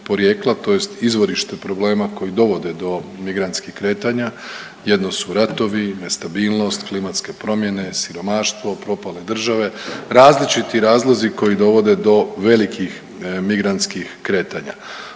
tj. izvorište problema koji dovode do migrantskih kretanja, jedno su ratovi, nestabilnost, klimatske promjene, siromaštvo, propale države, različiti razlozi koji dovode do velikih migrantskih kretanja.